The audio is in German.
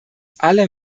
alle